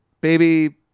baby